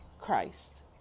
Christ